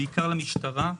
בעיקר למשטרה.